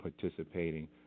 participating